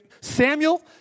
Samuel